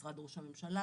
משרד ראש הממשלה,